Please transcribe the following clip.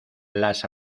las